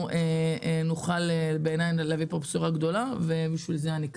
נוכל להביא בשורה גדולה, ולכן אני כאן.